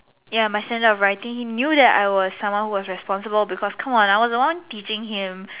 ya my standard of writing he knew that I was someone who was responsible because come on I was the one teaching him